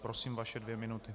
Prosím, vaše dvě minuty.